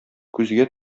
күзгә